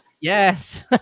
Yes